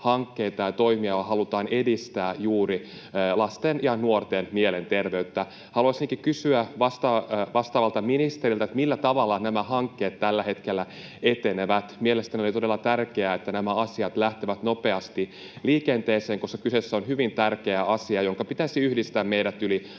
ja toimia, joilla halutaan edistää juuri lasten ja nuorten mielenterveyttä. Haluaisinkin kysyä vastaavalta ministeriltä: millä tavalla nämä hankkeet tällä hetkellä etenevät? Mielestäni oli todella tärkeää, että nämä asiat lähtevät nopeasti liikenteeseen, koska kyseessä on hyvin tärkeä asia, jonka pitäisi yhdistää meidät yli